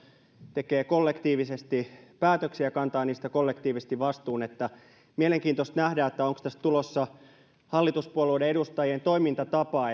tekee kollektiivisesti päätöksiä ja kantaa niistä kollektiivisesti vastuun mielenkiintoista nähdä onko tästä tulossa hallituspuolueiden edustajien toimintatapa